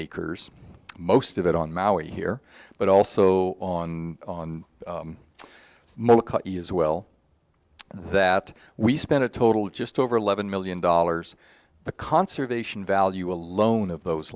acres most of it on maui here but also on mobile as well that we spent a total of just over eleven million dollars the conservation value alone of those